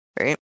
right